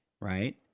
right